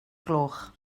gloch